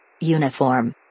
Uniform